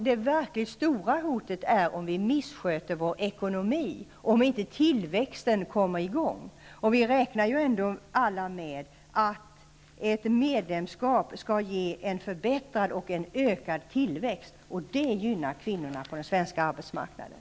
Det verkligt stora hotet uppkommer om vi missköter vår ekonomi, om tillväxten inte kommer i gång. Vi räknar ju alla ändå med att ett medlemskap skall bidra till en förbättrad och en ökad tillväxt, vilket verkligen gynnar kvinnorna på den svenska arbetsmarknaden.